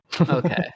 Okay